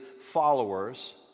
followers